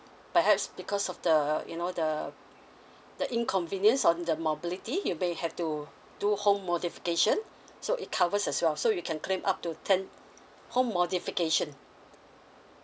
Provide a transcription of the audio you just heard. perhaps because of the you know the the inconvenience on the mobility you may have to do home modification so it covers as well so you can claim up to ten home modification